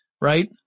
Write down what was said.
right